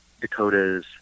Dakotas